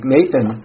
Nathan